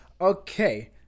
Okay